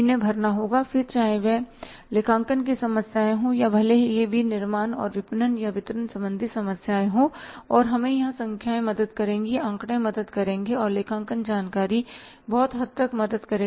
इन्हें भरना होगा फिर चाहे यह लेखांकन की समस्याओं हो या भले ही यह एक विनिर्माण और विपणन या वितरण संबंधी समस्याएँ हों और हमें यहां संख्याएँ मदद करेंगी आंकड़े मदद करेंगे और लेखांकन जानकारी बहुत हद तक मदद करेगी